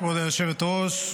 כבוד היושבת-ראש,